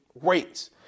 rates